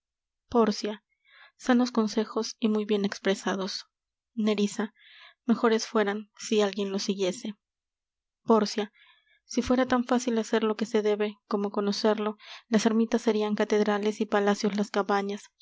pórcia sanos consejos y muy bien expresados nerissa mejores fueran si álguien los siguiese pórcia si fuera tan fácil hacer lo que se debe como conocerlo las ermitas serian catedrales y palacios las cabañas